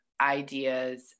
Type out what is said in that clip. ideas